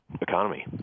economy